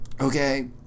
okay